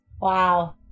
Wow